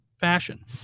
fashion